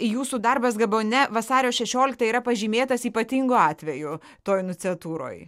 jūsų darbas gabone vasario šešioliktą yra pažymėtas ypatingu atveju toj nuciatūroj